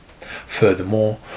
Furthermore